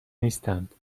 نیستند